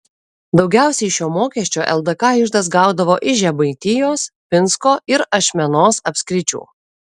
daugiausiai šio mokesčio ldk iždas gaudavo iš žemaitijos pinsko ir ašmenos apskričių